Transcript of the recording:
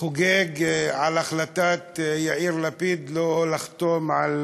חוגג על החלטת יאיר לפיד לא לחתום על